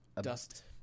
Dust